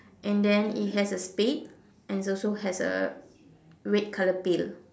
and then it has a spade and also has a red colour pail